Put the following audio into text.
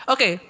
Okay